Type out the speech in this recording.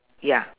ya